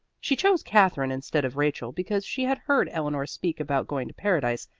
she chose katherine instead of rachel, because she had heard eleanor speak about going to paradise,